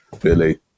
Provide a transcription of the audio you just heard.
Billy